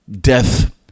death